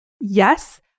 Yes